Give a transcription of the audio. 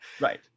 Right